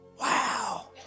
Wow